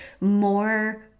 more